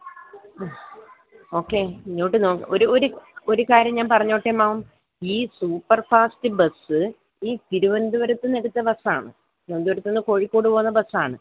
മ് ഓക്കെ ഇങ്ങോട്ട് നോ ഒരു ഒരു ഒരു കാര്യം ഞാൻ പറഞ്ഞോട്ടേ മേം ഈ സൂപ്പർ ഫാസ്റ്റ് ബസ്സ് ഈ തിരുവനന്തപുരത്തു നിന്നെടുത്ത ബസ്സാണ് തിരുവനന്തപുരത്തു നിന്ന് കോഴിക്കോട് പോകുന്ന ബസ്സാണ്